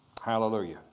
Hallelujah